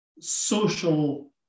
social